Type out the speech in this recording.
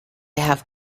have